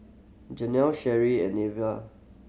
Janelle Sherry and Neva